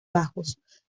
bajos